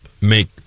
make